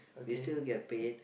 we still get paid